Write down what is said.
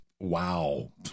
Wow